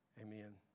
Amen